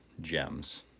gems